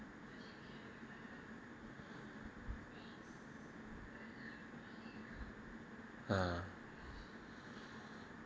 hmm